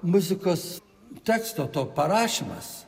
muzikos teksto to parašymas